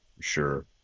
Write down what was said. sure